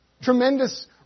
Tremendous